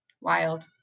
Wild